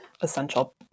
essential